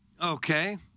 Okay